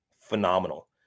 phenomenal